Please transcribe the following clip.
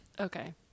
Okay